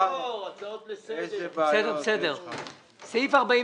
העמותה הזאת מתקיימת ופועלת במודיעין עילית.